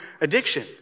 addiction